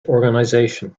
organization